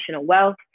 wealth